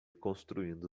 construindo